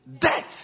death